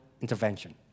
intervention